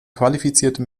qualifizierte